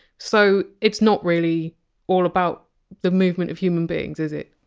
so it's not really all about the movement of human beings, is it?